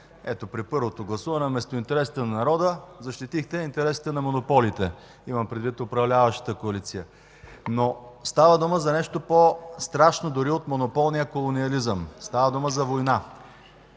Ето, при първото гласуване, вместо интересите на народа, защитихте интересите на монополите – имам предвид управляващата коалиция. Става дума за нещо по-страшно от монополния колониализъм, става дума за война.